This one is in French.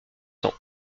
ans